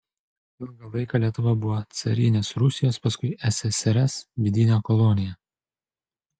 ilgą laiką lietuva buvo carinės rusijos paskui ssrs vidine kolonija